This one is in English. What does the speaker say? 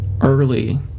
early